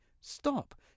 stop